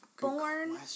born